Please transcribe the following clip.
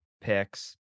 picks